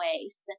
ways